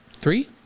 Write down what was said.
three